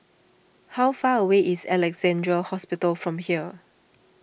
how far away is Alexandra Hospital from here